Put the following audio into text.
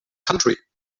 country